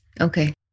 Okay